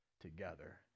together